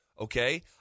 okay